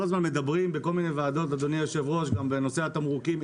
כל הזמן מדברים בכל מיני ועדות אדוני היושב ראש גם בנושא התמרוקים,